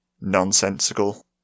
nonsensical